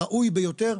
זה ראוי ביותר.